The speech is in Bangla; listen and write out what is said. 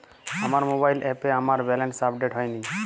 আমার মোবাইল অ্যাপে আমার ব্যালেন্স আপডেট হয়নি